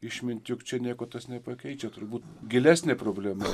išmintį juk čia nieko tas nepakeičia turbūt gilesnė problema